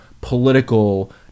political